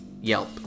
yelp